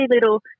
little